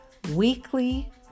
weekly